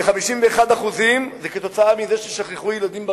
כ-51% זה כתוצאה מזה ששכחו ילדים ברכב.